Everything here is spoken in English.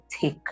take